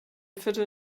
viertel